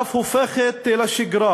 ואף הופכת לשגרה,